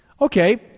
Okay